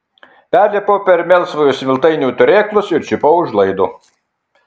perlipau per melsvojo smiltainio turėklus ir čiupau už laido